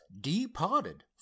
departed